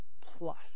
plus